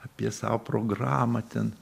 apie savo programą ten